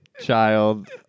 child